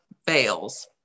fails